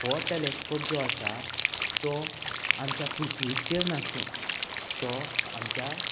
हो टेलेस्कोप जो आसा तो आमच्या पृथ्वीचेर नासून तो आमच्या